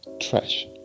trash